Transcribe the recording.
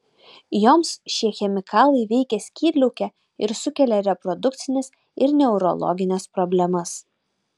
joms šie chemikalai veikia skydliaukę ir sukelia reprodukcines ir neurologines problemas